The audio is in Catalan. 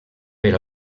per